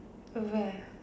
where